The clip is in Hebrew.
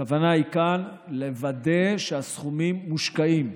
הכוונה כאן היא לוודא שהסכומים מושקעים.